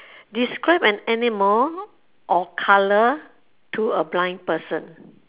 describe an animal or colour to a blind person